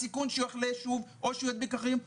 הסיכוי שהוא יחלה שוב או שהוא ידביק אחרים,